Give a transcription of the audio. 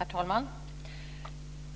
Herr talman!